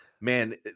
man